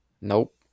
Nope